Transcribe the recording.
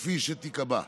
כפי שתקבע.